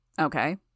Okay